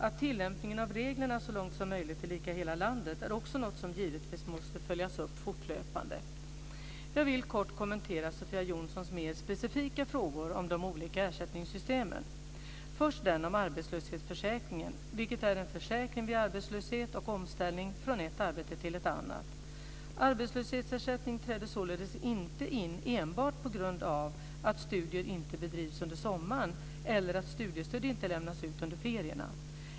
Att tillämpningen av reglerna så långt som möjligt är lika i hela landet är också något som givetvis måste följas upp fortlöpande. Jag vill kort kommentera Sofia Jonssons mer specifika frågor om de olika ersättningssystemen. Först den om arbetslöshetsförsäkringen, vilket är en försäkring vid arbetslöshet och omställning från ett arbete till ett annat. Arbetslöshetsersättning träder således inte in enbart på grund av att studier inte bedrivs under sommaren eller att studiestöd inte lämnas under ferierna.